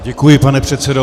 Děkuji, pane předsedo.